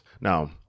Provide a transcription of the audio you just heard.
Now